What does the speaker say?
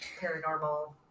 paranormal